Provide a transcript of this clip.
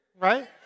right